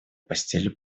постели